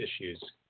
issues